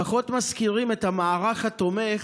פחות מזכירים את המערך התומך